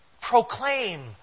proclaim